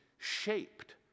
shaped